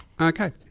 Okay